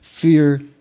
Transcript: Fear